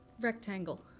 Rectangle